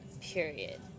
Period